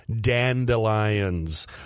dandelions